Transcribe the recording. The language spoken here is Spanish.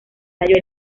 tallo